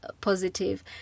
positive